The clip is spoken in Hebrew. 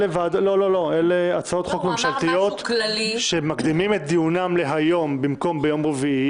אלה הצעות חוק ממשלתיות שמקדימים את דיונם להיום במקום ביום רביעי.